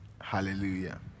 Hallelujah